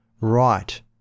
right